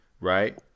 right